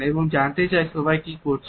এবং জানতে চাইছেন সবাই কি করছে